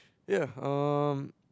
ya um